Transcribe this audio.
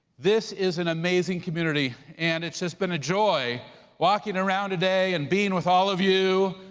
this is an amazing community and it's just been joy walking around today and being with all of you,